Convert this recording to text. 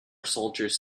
soldiers